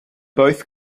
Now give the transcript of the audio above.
both